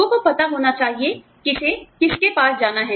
लोगों को पता होना चाहिए किसे किसके पास जाना है